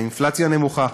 האינפלציה נמוכה,